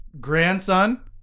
grandson